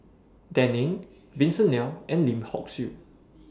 Dan Ying Vincent Leow and Lim Hock Siew